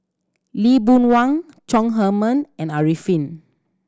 Lee Boon Wang Chong Heman and Arifin